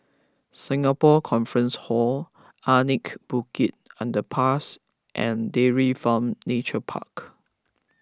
Singapore Conference Hall Anak Bukit Underpass and Dairy Farm Nature Park